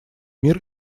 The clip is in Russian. мир